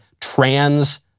Trans